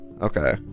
Okay